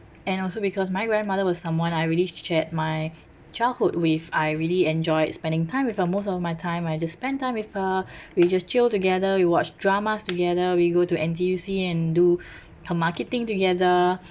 and also because my grandmother was someone I really shared my childhood with I really enjoyed spending time with her most of my time I just spend time with her we just chill together we watch dramas together we go to N_T_U_C and do her marketing together